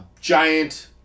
giant